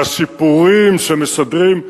והסיפורים שמסדרים.